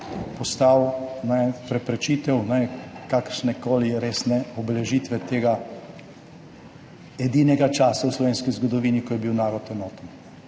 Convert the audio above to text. postavil preprečitev kakršnekoli resne obeležitve tega edinega časa v slovenski zgodovini, ko je bil narod enoten,